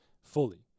fully